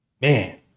man